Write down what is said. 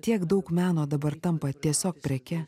tiek daug meno dabar tampa tiesiog preke